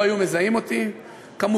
לא היו מזהים אותי כמובן,